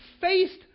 faced